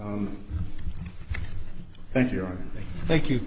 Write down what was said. on thank you thank you